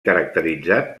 caracteritzat